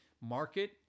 Market